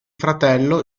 fratello